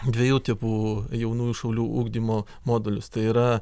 dviejų tipų jaunųjų šaulių ugdymo modulius tai yra